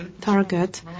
target